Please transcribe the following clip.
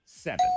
Seven